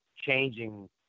changing